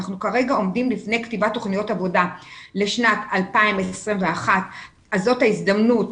כרגע אנחנו עומדים לפני כתיבת תוכניות עבודה לשנת 2021. זו ההזדמנות